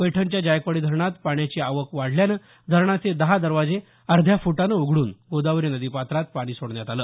पैठणच्या जायकवाडी धरणात पाण्याची आवक वाढल्यामुळे धरणाचे दहा दरवाजे अर्ध्या फुटाने उघडून गोदावरी नदी पात्रात पाणी सोडण्यात आले